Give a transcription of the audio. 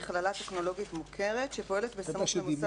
במכללה טכנולוגית מוכרת, שפועלת בסמוך למוסד